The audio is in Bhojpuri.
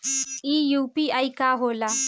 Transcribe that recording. ई यू.पी.आई का होला?